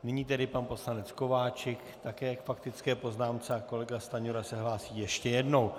Nyní tedy pan poslanec Kováčik také k faktické poznámce a kolega Stanjura se hlásí ještě jednou.